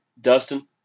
Dustin